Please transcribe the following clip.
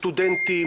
סטודנטים,